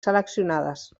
seleccionades